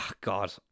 God